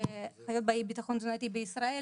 שהיו באי-ביטחון תזונתי בישראל